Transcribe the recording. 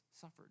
suffered